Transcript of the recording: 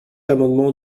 amendement